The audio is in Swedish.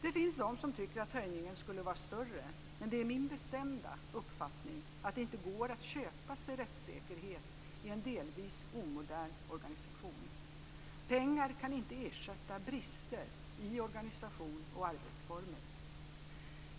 Det finns de som tycker att höjningen skulle ha varit större, men det är min bestämda uppfattning att det inte går att köpa sig rättssäkerhet i en delvis omodern organisation. Pengar kan inte ersätta brister i organisationsoch arbetsformer.